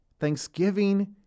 Thanksgiving